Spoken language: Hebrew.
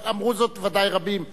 אמרו זאת ודאי רבים,